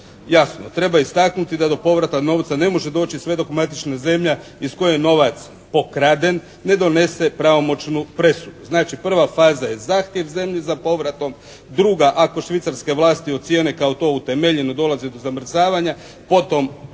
Jasno, treba istaknuti da do povrata novca ne može doći sve dok matična zemlja iz koje je novac pokraden ne donese pravomoćnu presudu. Znači, prva faza je zahtjev zemlji za povratom. Druga, ako švicarske vlasti ocijene kao to utemeljeno dolazi do zamrzavanja potom povrat.